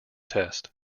test